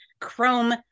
Chrome